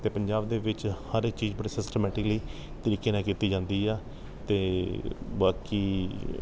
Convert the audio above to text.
ਅਤੇ ਪੰਜਾਬ ਦੇ ਵਿੱਚ ਹਰ ਚੀਜ਼ ਬੜੀ ਸਿਸਟੇਮੈਟਿਕਲੀ ਤਰੀਕੇ ਨਾਲ ਕੀਤੀ ਜਾਂਦੀ ਆ ਅਤੇ ਬਾਕੀ